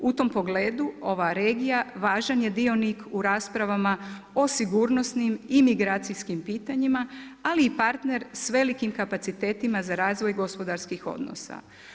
U tom pogledu ova regija važan je dionik u raspravama o sigurnosnim i migracijskim pitanjima, ali i partner s velikim kapacitetima za razvoj gospodarskih odnosa.